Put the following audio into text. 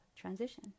transition